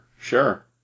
sure